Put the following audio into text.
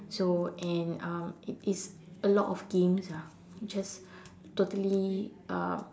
so and um it is a lot of games ah just totally um